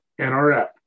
NRF